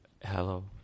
Hello